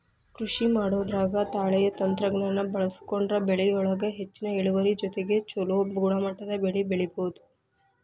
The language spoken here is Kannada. ಕೃಷಿಮಾಡೋದ್ರಾಗ ತಳೇಯ ತಂತ್ರಜ್ಞಾನ ಬಳಸ್ಕೊಂಡ್ರ ಬೆಳಿಯೊಳಗ ಹೆಚ್ಚಿನ ಇಳುವರಿ ಜೊತೆಗೆ ಚೊಲೋ ಗುಣಮಟ್ಟದ ಬೆಳಿ ಬೆಳಿಬೊದು